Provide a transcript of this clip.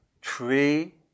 tree